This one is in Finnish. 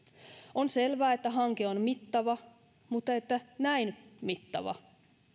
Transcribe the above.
on selvää että hanke on mittava mutta että näin mittava